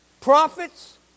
prophets